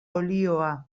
olioa